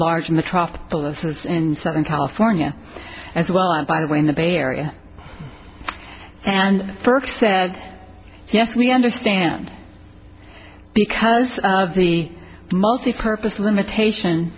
large metropolises in southern california as well and by the way in the bay area and first said yes we understand because of the multipurpose limitation